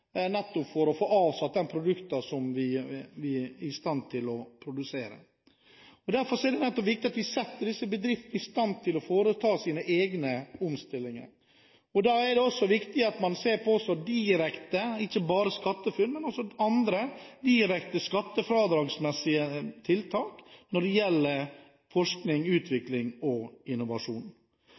nettopp for å få avsatt de produktene vi er i stand til å produsere. Derfor er det nettopp viktig at vi setter disse bedriftene i stand til å foreta egne omstillinger. Det er viktig at man ikke bare ser på SkatteFUNN, men også på andre direkte skattefradragsmessige tiltak når det gjelder forskning, utvikling og innovasjon.